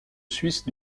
suisse